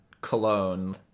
cologne